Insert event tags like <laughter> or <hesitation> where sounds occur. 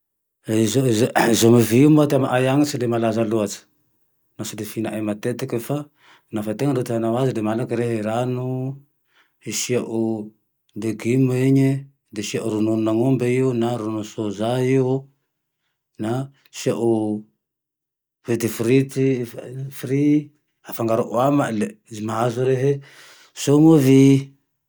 E sômôvy io moa zane amiay agne tsy de malaza loatsy, nao tsy de fihinanay matetiky fa nafa tena te ihina aze de mangalake rehe rano asiao legimy iny e, de asiao rononon'aombe io na ronono soza io, na asiao fritifrity <hesitation> fry afangaroo amae le mahazo rehe sômôvy